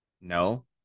No